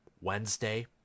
Wednesday